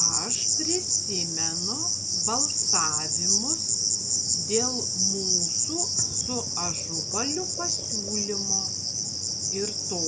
aš prisimenu balsavimus dėl mūsų su ažubaliu pasiūlymo ir to